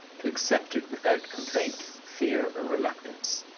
to accept it without complaint, fear, or reluctance.